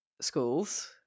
schools